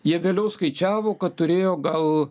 jie vėliau skaičiavo kad turėjo gal